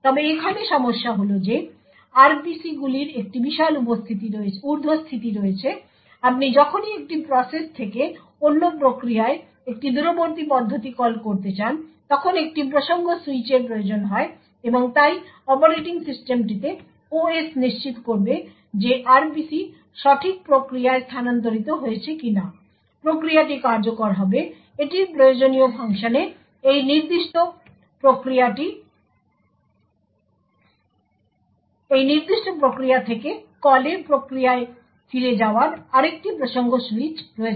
তবে এখানে সমস্যা হল যে RPC গুলির একটি বিশাল উর্ধস্থিতি রয়েছে আপনি যখনই একটি প্রসেস থেকে অন্য প্রক্রিয়ায় একটি দূরবর্তী পদ্ধতি কল করতে চান তখন একটি প্রসঙ্গ সুইচের প্রয়োজন হয় এবং তাই অপারেটিং সিস্টেমটিতে OS নিশ্চিত করবে যে RPC সঠিক প্রক্রিয়ায় স্থানান্তরিত হয়েছে কিনা প্রক্রিয়াটি কার্যকর হবে এটির প্রয়োজনীয় ফাংশনে এই নির্দিষ্ট প্রক্রিয়া থেকে কলে প্রক্রিয়ায় ফিরে যাওয়ার আরেকটি প্রসঙ্গ সুইচ রয়েছে